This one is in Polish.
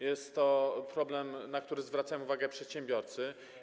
Jest to problem, na który zwracają uwagę przedsiębiorcy.